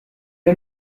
lui